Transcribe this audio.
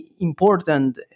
important